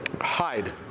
Hide